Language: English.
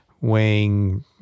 weighing